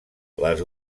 les